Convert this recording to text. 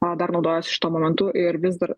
na dar naudojasi šituo momentu ir vis dar